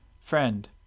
Friend